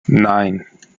nein